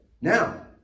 now